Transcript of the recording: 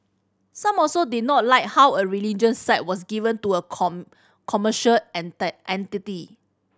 some also did not like how a religious site was given to a commercial entity